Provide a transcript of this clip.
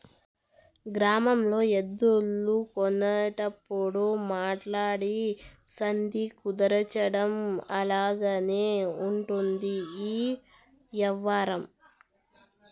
గ్రామాల్లో ఎద్దులు కొనేటప్పుడు మాట్లాడి సంధి కుదర్చడం లాగానే ఉంటది ఈ యవ్వారం